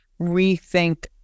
rethink